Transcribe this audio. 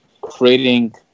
creating